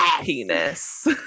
penis